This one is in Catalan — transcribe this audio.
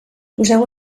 poseu